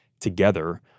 together